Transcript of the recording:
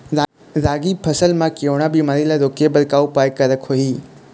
रागी फसल मा केवड़ा बीमारी ला रोके बर का उपाय करेक होही?